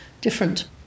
different